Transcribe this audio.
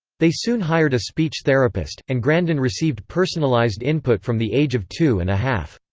they soon hired a speech therapist, and grandin received personalized input from the age of two and a half.